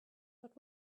but